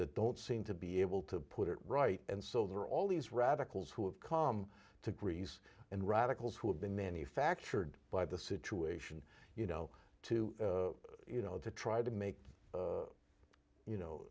to don't seem to be able to put it right and so there are all these radicals who have come to greece and radicals who have been manufactured by the situation you know to you know to try to make you know